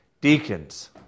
Deacons